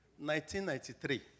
1993